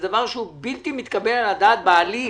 דבר שהוא בלתי מתקבל על הדעת בעליל,